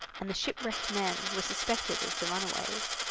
and the ship-wrecked men were suspected as the runaways.